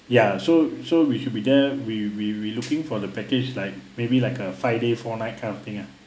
ya so so we should be there we we we looking for the package like maybe like a five days four nights kind of thing ah